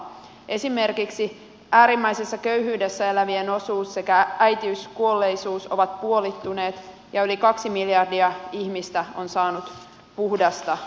esimerkiksi äärimmäisessä köyhyydessä elävien osuus sekä äitiyskuolleisuus ovat puolittuneet ja yli kaksi miljardia ihmistä on saanut puhdasta vettä